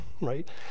Right